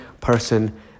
person